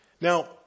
Now